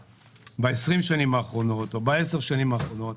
ב-20 השנים האחרונות או בעשר השנים האחרונות